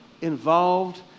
involved